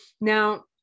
Now